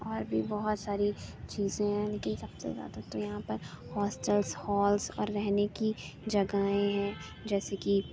اور بھی بہت ساری چیزیں ہیں لیکن سب سے زیادہ تو یہاں پر ہوسٹلس ہالس اور رہنے کی جگہیں ہیں جیسے کہ